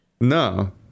No